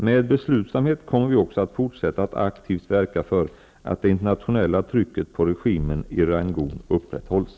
Med beslutsamhet kommer vi också att fortsätta att aktivt verka för att det internationella trycket på regimen i Rangoon upprätthålls.